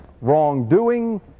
wrongdoing